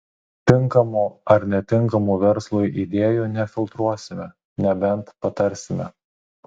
tinkamų ar netinkamų verslui idėjų nefiltruosime nebent patarsime